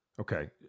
Okay